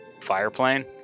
Fireplane